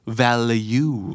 value